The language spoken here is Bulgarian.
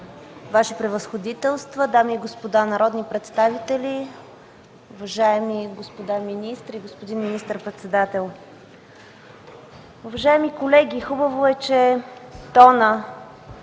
Ваши Превъзходителства, дами и господа народни представители, уважаеми господа министри, господин министър-председател, уважаеми колеги! Хубаво е, че тонът